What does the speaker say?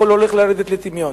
הכול הולך לרדת לטמיון.